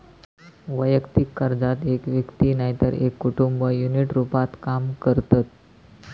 वैयक्तिक कर्जात एक व्यक्ती नायतर एक कुटुंब युनिट रूपात काम करतत